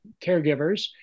caregivers